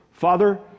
Father